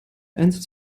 einsatz